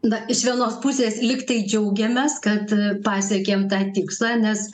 na iš vienos pusės lyg tai džiaugiamės kad pasiekėm tą tikslą nes